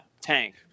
Tank